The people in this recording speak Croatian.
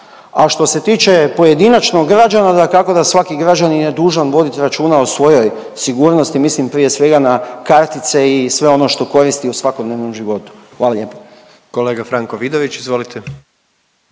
A što se tiče pojedinačno građana, dakako da svaki građanin je dužan voditi računa o svojoj sigurnosti, mislim prije svega na kartice i sve ono što koristi u svakodnevnom životu. Hvala lijepa. **Jandroković, Gordan